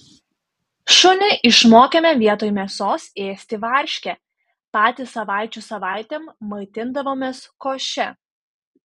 šunį išmokėme vietoj mėsos ėsti varškę patys savaičių savaitėm maitindavomės koše